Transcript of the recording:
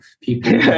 people